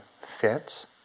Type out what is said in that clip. fits